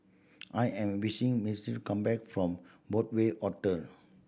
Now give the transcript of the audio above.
I am waiting mister come back from Broadway Hotel